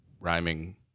rhyming